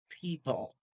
people